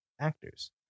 actors